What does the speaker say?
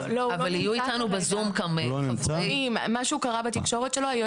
ב-זום שלו.